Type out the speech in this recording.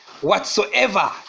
whatsoever